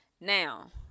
now